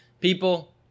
People